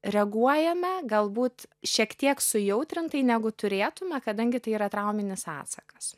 reaguojame galbūt šiek tiek sujautrintai negu turėtume kadangi tai yra trauminis atsakas